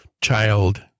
child